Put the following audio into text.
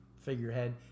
figurehead